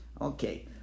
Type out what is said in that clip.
Okay